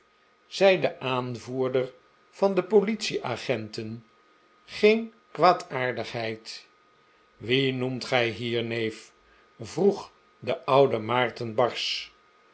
zei de aanvoerder van de politieagenten geen kwaadaardigheid wien noemt gij hier neef vroeg de oude